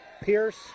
Pierce